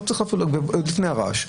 עוד לפני הרעש.